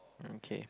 okay